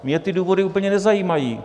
Mě ty důvody úplně nezajímají.